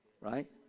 right